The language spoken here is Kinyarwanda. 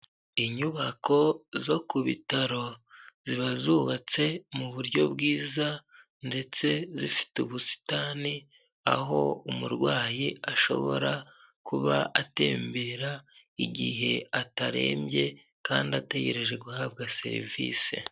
Inyubako zo ku bitaro ziba zubatse mu buryo bwiza ndetse zifite ubusitani, aho umurwayi ashobora kuba atembera igihe atarembye kandi ategereje guhabwa serivisi.